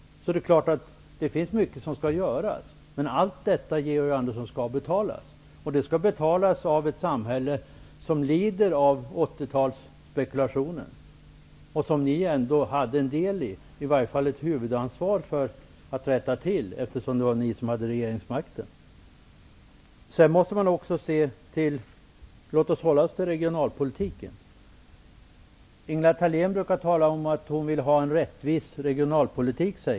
Det är klart att det finns mycket som skall göras, men allt detta skall betalas, Georg Andersson. Det skall betalas av ett samhälle som lider av den 80-talsspekulation, som ni i alla fall hade huvudansvaret för att rätta till. Ni hade ju regeringsmakten. Låt oss hålla oss till regionalpolitiken. Ingela Thalén brukar säga att hon vill ha en rättvis regionalpolitik.